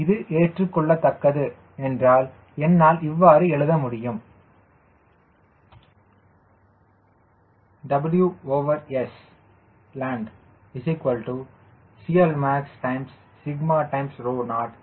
இது ஏற்றுக்கொள்ளத்தக்கது என்றால் என்னால் இவ்வாறு எழுத முடியும் WSland CLmax 0VA1